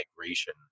migration